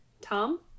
Tom